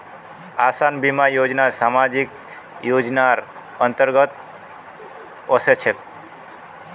आसान बीमा योजना सामाजिक योजनार अंतर्गत ओसे छेक